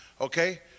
Okay